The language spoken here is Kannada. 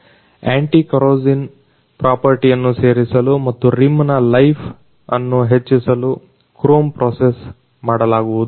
ಆಂಟಿಕರ್ರೊಸಿನ್ ಪ್ರಾಪರ್ಟಿಯನ್ನು ಸೇರಿಸಲು ಮತ್ತು ರಿಮ್ ನ ಲೈಫ್ ಅನ್ನು ಹೆಚ್ಚಿಸಲು ಕ್ರೋಮ್ ಪ್ರೊಸೆಸ್ ಅನ್ನು ಮಾಡಲಾಗುವುದು